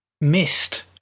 missed